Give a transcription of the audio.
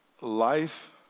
Life